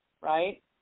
right